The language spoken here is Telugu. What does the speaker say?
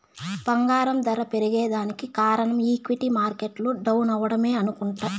బంగారం దర పెరగేదానికి కారనం ఈక్విటీ మార్కెట్లు డౌనవ్వడమే అనుకుంట